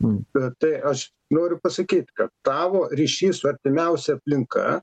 bet tai aš noriu pasakyt kad tavo ryšys su artimiausia aplinka